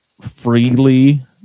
freely